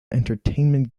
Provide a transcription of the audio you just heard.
entertainment